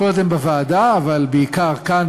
קודם בוועדה אבל בעיקר כאן,